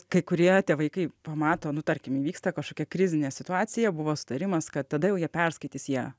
kai kurie tėvai kai pamato nu tarkim įvyksta kažkokia krizinė situacija buvo sutarimas kad tada jau jie perskaitys jie